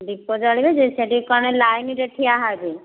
ଦୀପ ଜାଳିବା ଯେ ସେଠି କ'ଣ ଲାଇନ୍ରେ ଠିଆ ହେବେ